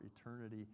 eternity